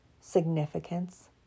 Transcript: significance